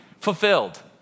fulfilled